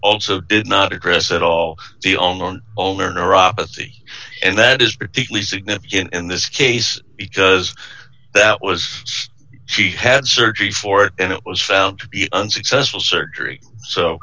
lso did not address at all the on and that is particularly significant in this case because that was she had surgery for it and it was found to be unsuccessful surgery so